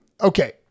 Okay